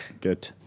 Good